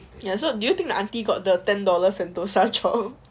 ya so you think the auntie got the ten dollar sentosa job